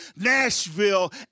Nashville